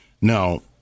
Now